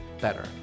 better